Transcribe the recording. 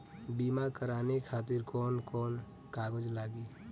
बीमा कराने खातिर कौन कौन कागज लागी?